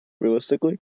realistically